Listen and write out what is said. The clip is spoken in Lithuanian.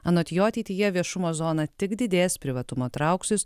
anot jo ateityje viešumo zona tik didės privatumo trauksis